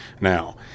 now